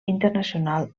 internacional